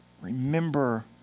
Remember